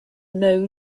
know